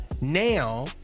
now